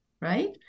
Right